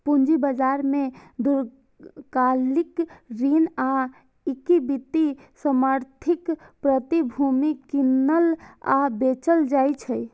पूंजी बाजार मे दीर्घकालिक ऋण आ इक्विटी समर्थित प्रतिभूति कीनल आ बेचल जाइ छै